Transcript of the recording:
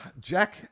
Jack